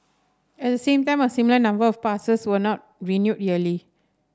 at the same time a similar number of passes were not renewed yearly